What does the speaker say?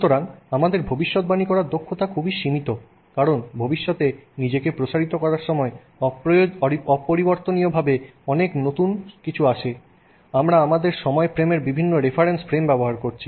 সুতরাং আমাদের ভবিষ্যৎবাণী করার দক্ষতা খুবই সীমিত কারণ ভবিষ্যতে নিজেকে প্রসারিত করার সময় অপরিবর্তনীয়ভাবে অনেক নতুন কিছু আসে আমরা আমাদের সময়ের ফ্রেমের বিভিন্ন রেফারেন্স ফ্রেম ব্যবহার করছি